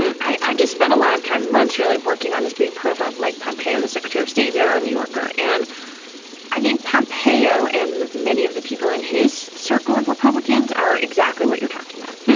i i just spent a lot of time months really working on this big profile of mike pompeo the secretary of state you're yeah a new yorker and i think pompeo and many of the people in his circle of republicans are exactly what you're talking about.